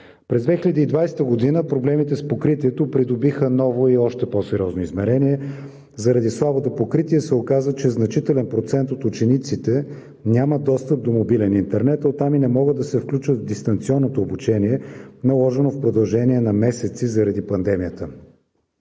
През 2020 г. проблемите с покритието придобиха ново и още по-сериозно измерение. Заради слабото покритие се оказа, че значителен процент от учениците нямат достъп до мобилен интернет, а оттам и не могат да се включват в дистанционното обучение, наложено в продължение на месеци заради пандемията.